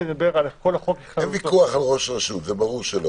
אי ויכוח על ראש רשות, זה ברור שלו.